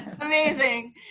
Amazing